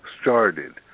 started